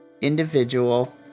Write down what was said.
individual